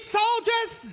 soldiers